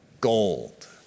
gold